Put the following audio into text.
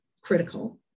critical